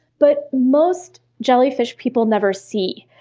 but most jellyfish, people never see,